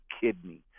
kidney